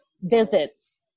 visits